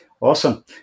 awesome